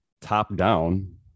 top-down